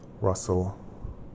Russell